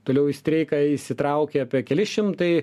toliau į streiką įsitraukė apie keli šimtai